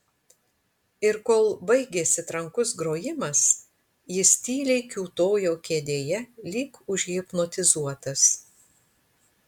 ir kol baigėsi trankus grojimas jis tyliai kiūtojo kėdėje lyg užhipnotizuotas